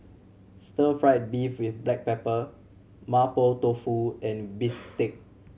stir fried beef with black pepper Mapo Tofu and bistake